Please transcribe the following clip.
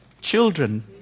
children